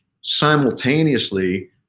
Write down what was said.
simultaneously